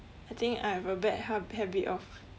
I think I have a bad hab~ habit of